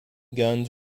guns